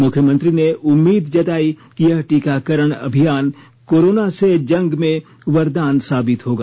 मुख्यमंत्री ने उम्मीद जताई कि यह टीकाकरण अभियान कोरोना से जंग में वरदान साबित होगा